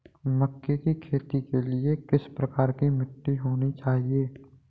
मक्के की खेती के लिए किस प्रकार की मिट्टी होनी चाहिए?